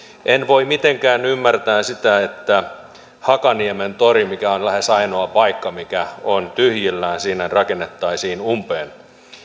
en voi mitenkään ymmärtää sitä että hakaniemen tori mikä on lähes ainoa paikka mikä on tyhjillään siinä rakennettaisiin umpeen